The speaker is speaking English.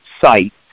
site